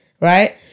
right